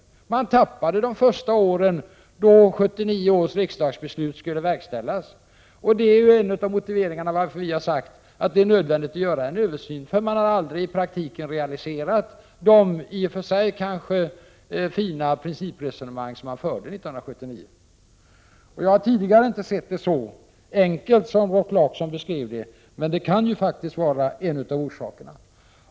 Man tappade de första åren då 1979 års riksdagsbeslut skulle verkställas. Det är en av motiveringarna till att vi har sagt att det är nödvändigt med en översyn. Man har aldrig i praktiken realiserat de i och för sig fina principresonemang som fördes 1979. Jag har tidigare inte sett det hela så enkelt som Rolf Clarkson beskrev det. Men det kan faktiskt vara en av orsakerna.